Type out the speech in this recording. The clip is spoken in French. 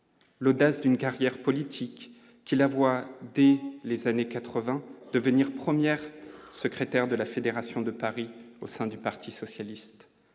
l'audace d'une carrière politique qui la voie dès les années 80 devenir première secrétaire de la fédération de Paris au sein du Parti socialiste,